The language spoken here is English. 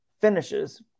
finishes